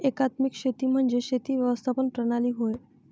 एकात्मिक शेती म्हणजे शेती व्यवस्थापन प्रणाली होय